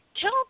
tell